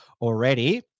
already